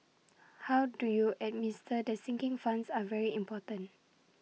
how do you administer the sinking funds are very important